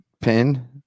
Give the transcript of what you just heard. pin